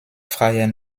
freier